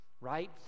right